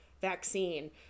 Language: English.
vaccine